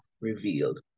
Revealed